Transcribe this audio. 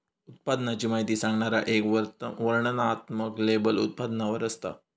उत्पादनाची माहिती सांगणारा एक वर्णनात्मक लेबल उत्पादनावर असता